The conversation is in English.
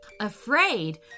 Afraid